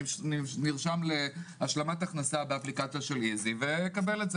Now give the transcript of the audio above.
שנרשם להשלמת הכנסה באפליקציה של איזי ויקבל את זה.